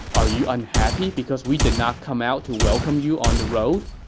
are you unhappy because we did not come out to welcome you on the road?